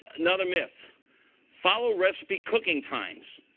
another myth follow recipe cooking times.